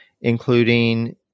including